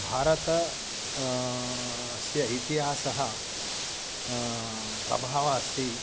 भारतस्य इतिहासः प्रभावः अस्ति